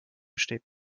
steht